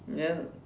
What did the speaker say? then